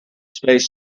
space